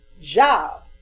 job